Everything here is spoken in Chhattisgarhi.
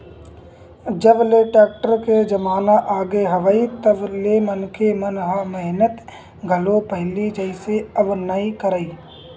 जब ले टेक्टर के जमाना आगे हवय तब ले मनखे मन ह मेहनत घलो पहिली जइसे अब नइ करय